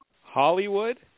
Hollywood